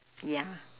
ya